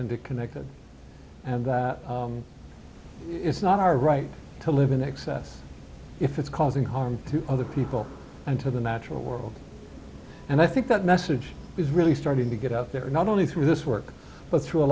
interconnected and that is not our right to live in excess if it's causing harm to other people and to the natural world and i think that message is really starting to get out there not only through this work but through a